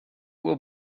will